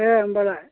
दे होनबालाय